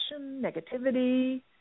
negativity